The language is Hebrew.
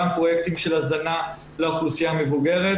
גם פרויקטים של הזנה לאוכלוסייה המבוגרת,